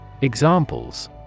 Examples